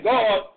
God